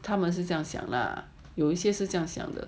他们是这样想 lah 有一些是这样想的